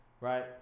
right